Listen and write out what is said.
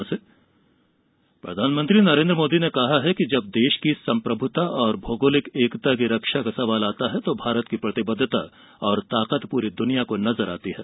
मन की बात प्रधानमंत्री नरेन्द्र मोदी ने कहा है कि जब देश की संप्रभुता और भौगोलिक एकता की रक्षा का सवाल आता है तो भारत की प्रतिबद्धता और ताकत पूरी दुनिया को नजर आती है